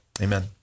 Amen